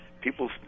people